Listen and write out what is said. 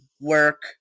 work